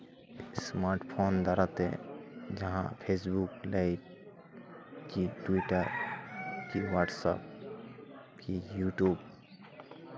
smart phone ᱫᱟᱨᱟ ᱛᱮ ᱡᱟᱦᱟᱸ ᱯᱷᱮᱥᱵᱩᱠ ᱞᱟᱹᱭᱤᱵᱽ ᱴᱩᱭᱴᱟᱨ ᱠᱤ ᱦᱳᱣᱟᱴᱥᱮᱯ ᱠᱤ ᱤᱭᱩᱴᱩᱵᱽ